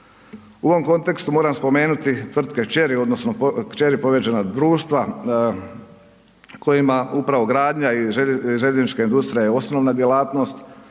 U ovom kontekstu moram spomenuti tvrtke kćeri odnosno kćeri povezana društva kojima upravo gradnja i željeznička industrija je osnovna djelatnost,